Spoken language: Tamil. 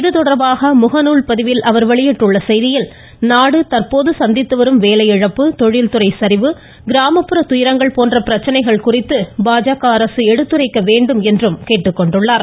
இதுதொடர்பாக முகநால் பதிவில் அவர் வெளியிட்டுள்ள செய்தியில் நாடு தற்போது சந்தித்து வரும் வேலையிழப்பு தொழில்துறை சாிவு கிராமப்புற துயரங்கள் போன்ற பிரச்சனைகள் குறித்து பாஜக அரசு எடுத்துரைக்க வேண்டும் என்றும் அவர் கேட்டுக்கொண்டார்